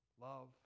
love